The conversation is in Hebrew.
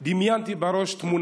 דמיינתי בראש תמונה